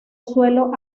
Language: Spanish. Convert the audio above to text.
suelo